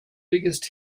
biggest